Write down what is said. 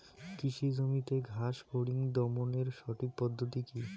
কৃষি জমিতে ঘাস ফরিঙ দমনের সঠিক পদ্ধতি কি?